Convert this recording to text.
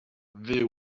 fyw